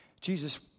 Jesus